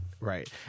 right